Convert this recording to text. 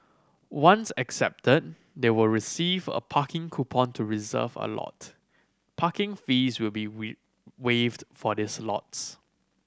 once accepted they will receive a parking coupon to reserve a lot Parking fees will be waived for these lots